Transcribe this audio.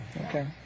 okay